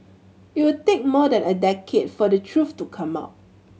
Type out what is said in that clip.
it would take more than a decade for the truth to come out